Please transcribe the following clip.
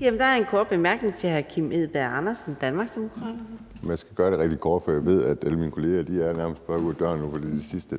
Der er en kort bemærkning til hr. Kim Edberg Andersen, Danmarksdemokraterne. Kl. 20:44 Kim Edberg Andersen (DD): Jeg skal gøre det rigtig kort, for jeg ved, at alle mine kolleger nærmest er på vej ud af døren, for det er det sidste.